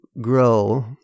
grow